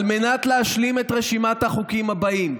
על מנת להשלים את רשימת החוקים הבאים.